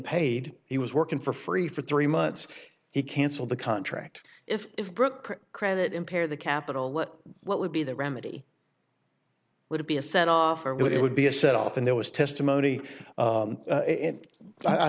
paid he was working for free for three months he cancelled the contract if it broke credit impair the capital what what would be the remedy would be a send off or it would be a set off and there was testimony